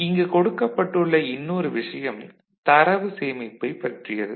இங்கு கொடுக்கப்பட்டுள்ள இன்னொரு விஷயம் தரவு சேமிப்பைப் பற்றியது